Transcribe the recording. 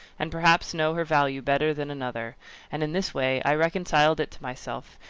and perhaps know her value better than another and in this way i reconciled it to myself,